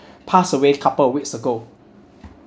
pass away a couple of weeks ago